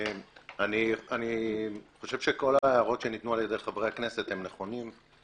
אני חושב שכל ההערות שניתנו על ידי חברי הכנסת הן נכונות.